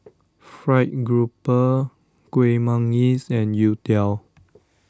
Fried Grouper Kuih Manggis and Youtiao